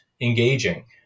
engaging